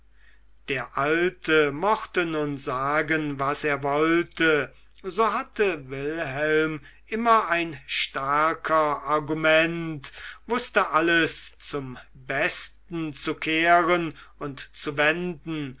der alte mochte nun sagen was er wollte so hatte wilhelm immer ein stärker argument wußte alles zum besten zu kehren und zu wenden